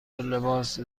لباس